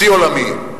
שיא עולמי.